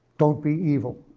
don't be evil.